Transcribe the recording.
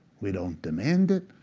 we don't demand it,